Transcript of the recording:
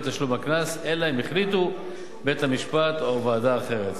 את תשלום הקנס אלא אם החליטו בית-המשפט או הוועדה אחרת".